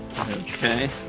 Okay